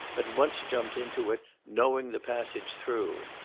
at once jumped into it, knowing the passage through.